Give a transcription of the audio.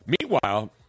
Meanwhile